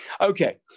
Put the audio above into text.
Okay